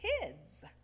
kids